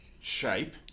shape